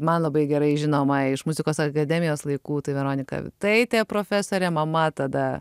man labai gerai žinoma iš muzikos akademijos laikų tai veronika vaitaitė profesorė mama tada